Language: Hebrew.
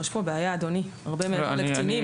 יש פה בעיה חמורה מאוד, אדוני, הרבה מעבר לקטינים.